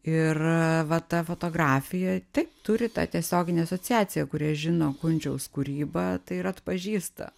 ir va ta fotografija taip turi tą tiesioginę asociaciją kurie žino kunčiaus kūrybą tai ir atpažįsta